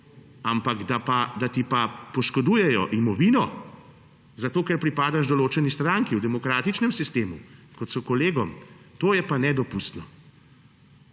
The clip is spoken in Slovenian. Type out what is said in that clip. Ampak da ti pa poškodujejo imovino, zato ker pripadaš določeni stranki v demokratičnem sistemu, kot so kolegom, to je pa nedopustno.